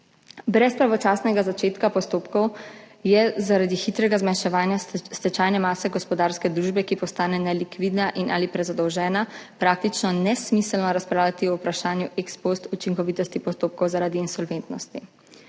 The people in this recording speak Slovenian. Brez pravočasnega začetka postopkov je zaradi hitrega zmanjševanja stečajne mase gospodarske družbe, ki postane nelikvidna in/ali prezadolžena, praktično nesmiselno razpravljati o vprašanju ex post učinkovitosti postopkov zaradi insolventnosti.